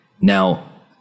Now